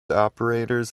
operators